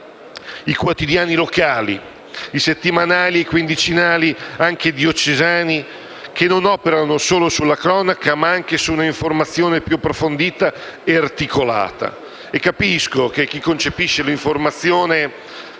i quotidiani locali, i settimanali e i quindicinali anche diocesani che non operano solo sulla cronaca, ma anche su una informazione più approfondita e articolata. Capisco che chi concepisce l'informazione,